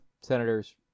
senators